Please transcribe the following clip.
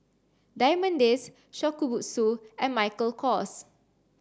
Diamond Days Shokubutsu and Michael Kors